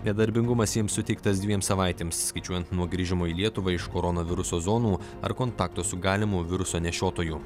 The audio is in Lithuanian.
nedarbingumas jiems suteiktas dviem savaitėms skaičiuojant nuo grįžimo į lietuvą iš koronaviruso zonų ar kontakto su galimu viruso nešiotoju